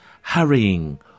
hurrying